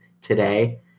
today